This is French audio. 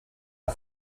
six